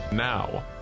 Now